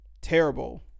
Terrible